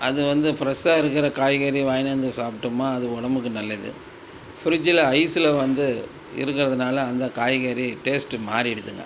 அது வந்து ஃப்ரெஷ்ஷாக இருக்கிற காய்கறி வாங்கினந்து சாப்பிட்டோமா அது உடம்புக்கு நல்லது ஃபிரிட்ஜில் ஐஸில் வந்து இருக்கிறதுனால் அந்த காய்கறி டேஸ்ட்டு மாறிவிடுதுங்க